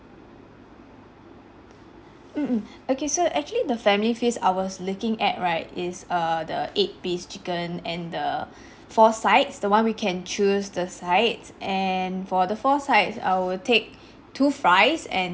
mm mm okay so actually the family feasts I was looking at right is err the eight piece chicken and the four sides the one we can choose the sides and for the four sides I will take two fries and